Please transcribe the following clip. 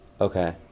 okay